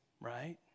right